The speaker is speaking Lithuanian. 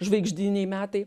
žvaigždiniai metai